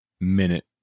minute